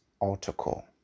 article